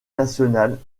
nationale